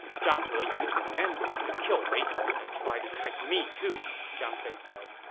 zhang he used an ambush to kill lei tong and tried to trick me, too, zhang fei said.